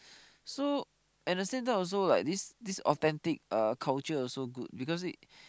so at the same time also like this this authentic uh culture also good because it